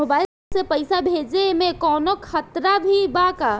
Mobile से पैसा भेजे मे कौनों खतरा भी बा का?